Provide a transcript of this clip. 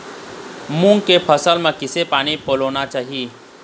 मूंग के फसल म किसे पानी पलोना चाही?